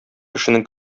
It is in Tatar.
кешенең